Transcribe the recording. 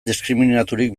diskriminaturik